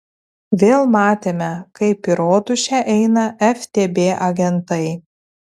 vėl matėme kaip į rotušę eina ftb agentai